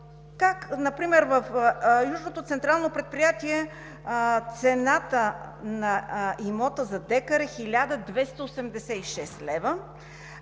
Как например в Южното Централно предприятие цената на имот за декар е 1286 лв.,